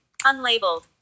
Unlabeled